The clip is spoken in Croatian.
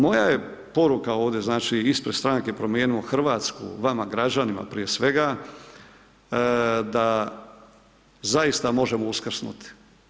Moja je poruka ovdje znači ispred stranka Promijenimo Hrvatsku vama građanima prije svega da zaista možemo uskrsnuti.